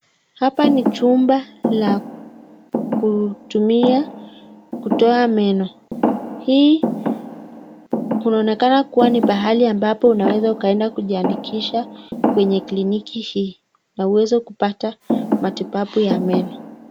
hapa ni jumba la kutumia kutoa meno. Hii kunaonakana kuwa ni pahali ambapo unaweza ukaenda kujiandikisha kenye kiliniki hii, na unaweza kupata matibabu ya meno.